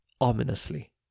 ominously